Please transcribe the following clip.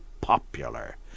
popular